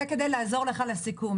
זה כדי לעזור לך לסיכום.